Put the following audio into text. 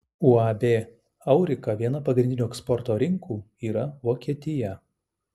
uab aurika viena pagrindinių eksporto rinkų yra vokietija